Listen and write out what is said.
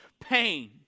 pain